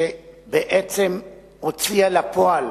שבעצם הוציאה לפועל